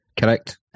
Correct